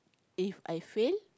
If I fail